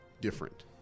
different